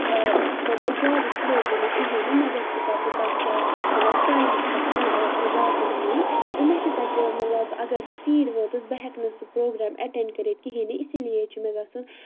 مگر زیادٕ سٕلو تہِ نہٕ کِہیٖنۍ نہٕ مےٚ گژھِ سُہ پَتہٕ تَتھ مطلب ٹایمَس پٮ۪ٹھ واتناوُن تہٕ مےٚ چھِ تَتہِ مطلب اگر بہٕ ژیٖرۍ وٲژٕس بہٕ ہٮ۪کہٕ نہٕ سُہ پرٛوگرام اٮ۪ٹٮ۪نٛڈ کٔرِتھ کِہیٖنۍ نہٕ اِسی لیے چھُ مےٚ گژھُن